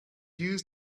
used